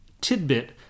tidbit